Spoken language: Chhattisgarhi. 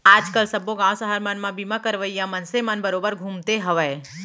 आज काल सब्बो गॉंव सहर मन म बीमा करइया मनसे मन बरोबर घूमते हवयँ